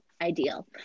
ideal